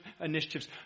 initiatives